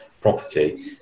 property